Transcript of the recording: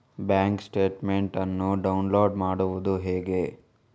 Bank statement ಅನ್ನು download ಮಾಡುವುದು ಹೇಗೆ?